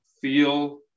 feel